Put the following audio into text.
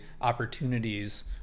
opportunities